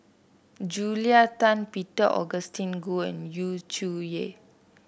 Julia Tan Peter Augustine Goh and Yu Zhuye